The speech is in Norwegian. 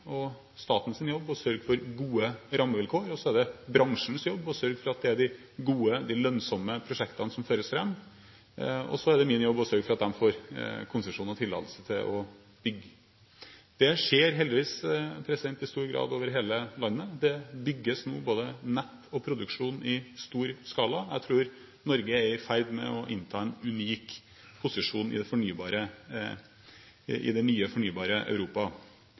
og statens jobb å sørge for gode rammevilkår, det er bransjens jobb å sørge for at det er de gode – de lønnsomme – prosjektene som føres fram, og det er min jobb å sørge for at man får konsesjon og tillatelse til å bygge. Det skjer heldigvis i stor grad over hele landet – det bygges nå både nett og produksjon i stor skala. Jeg tror Norge er i ferd med å innta en unik posisjon i det nye, fornybare Europa. Det